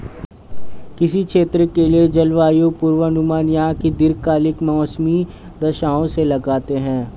किसी क्षेत्र के लिए जलवायु पूर्वानुमान वहां की दीर्घकालिक मौसमी दशाओं से लगाते हैं